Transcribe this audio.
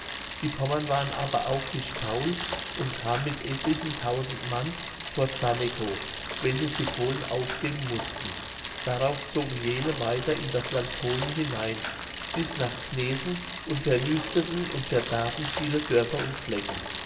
die pommern waren aber auch nicht faul und kamen mit etlichen tausend mann vor zarnekow welches die polen aufgeben mußten darauf zogen jene weiter in das land polen hinein bis nach gnesen und verwüsteten und verdarben viele dörfer und flecken